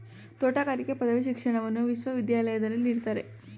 ತೋಟಗಾರಿಕೆ ಪದವಿ ಶಿಕ್ಷಣವನ್ನು ವಿಶ್ವವಿದ್ಯಾಲಯದಲ್ಲಿ ನೀಡ್ತಾರೆ